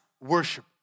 worship